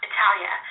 Italia